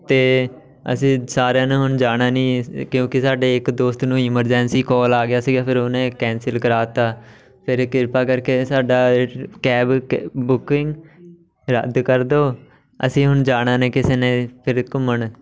ਅਤੇ ਅਸੀਂ ਸਾਰਿਆਂ ਨੇ ਹੁਣ ਜਾਣਾ ਨਹੀਂ ਕਿਉਂਕਿ ਸਾਡੇ ਇੱਕ ਦੋਸਤ ਨੂੰ ਇਮਰਜੈਂਸੀ ਕੋਲ ਆ ਗਿਆ ਸੀਗਾ ਫਿਰ ਉਹਨੇ ਕੈਂਸਲ ਕਰਾ ਤਾ ਫਿਰ ਕਿਰਪਾ ਕਰਕੇ ਸਾਡਾ ਕੈਬ ਬੁੱਕਿੰਗ ਰੱਦ ਕਰ ਦਿਉ ਅਸੀਂ ਹੁਣ ਜਾਣਾ ਨਹੀਂ ਕਿਸੇ ਨੇ ਫਿਰ ਘੁੰਮਣ